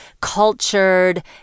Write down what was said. cultured